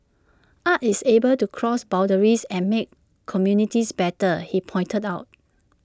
art is able to cross boundaries and make communities better he pointed out